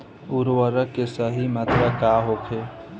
उर्वरक के सही मात्रा का होखे?